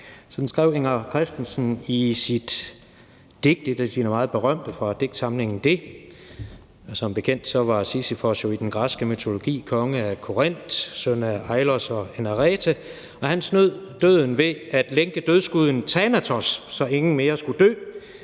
Sådan skrev Inger Christensen i et af sine meget berømte digte fra digtsamlingen »DET«. Som bekendt var Sisyfos jo i den græske mytologi kongen af Korinth, søn af Aiolos og Enarete, og han snød døden ved at lænke dødsguden Thanatos, så ingen mere kunne dø.